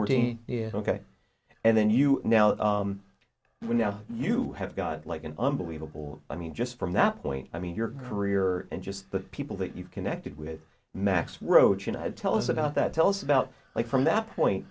thirteen yeah ok and then you now when you know you have got like an unbelievable i mean just from that point i mean your career and just the people that you've connected with max roach and tell us about that tell us about like from that point